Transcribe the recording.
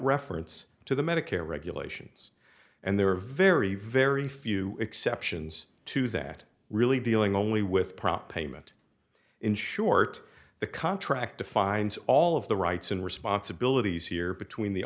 reference to the medicare regulations and there are very very few exceptions to that really dealing only with proper payment in short the contract defines all of the rights and responsibilities here between the